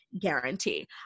guarantee